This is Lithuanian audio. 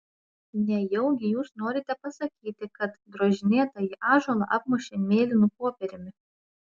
nejaugi jūs norite pasakyti kad drožinėtąjį ąžuolą apmušė mėlynu popieriumi